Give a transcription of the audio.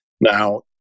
Now